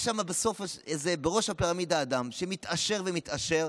יש שם בראש הפירמידה אדם שמתעשר ומתעשר,